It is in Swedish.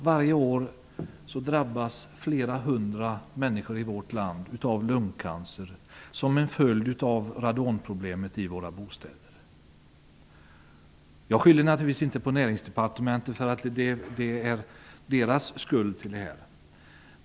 Varje år drabbas flera hundra människor av lungcancer som en följd av radonproblemen i våra bostäder. Jag menar naturligtvis inte att Näringsdepartementet bär skulden för detta.